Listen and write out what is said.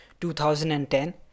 2010